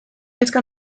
kezka